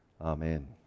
Amen